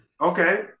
Okay